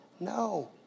No